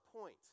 point